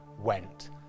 went